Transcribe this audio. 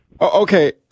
Okay